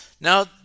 Now